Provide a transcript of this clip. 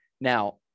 now